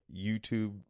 YouTube